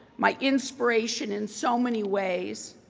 my inspiration in so many ways.